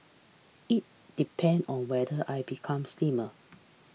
it depend on whether I become slimmer